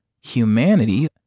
humanity